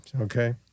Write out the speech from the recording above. Okay